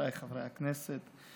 חבריי חברי הכנסת,